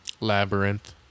Labyrinth